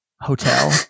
hotel